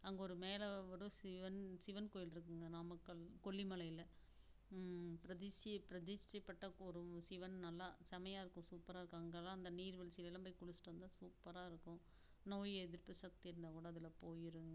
அங்கே ஒரு மேலே ஒரு சிவன் சிவன் கோயில் இருக்குதுங்க நாமக்கல் கொல்லிமலையில் பிரதிசி பிரதிஷ்ட்டி பெற்ற ஒரு சிவன் நல்லா செமையாக இருக்கும் சூப்பராக இருக்கும் அங்கெல்லாம் அந்த நீர் வீழ்ச்சியில் எல்லாம் போய் குளிச்சுட்டு வந்தால் சூப்பராக இருக்கும் நோய் எதிர்ப்பு சக்தி இருந்தால் கூட அதில் போயிடுங்க